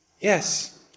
Yes